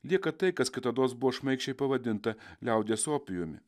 lieka tai kas kitados buvo šmaikščiai pavadinta liaudies opijumi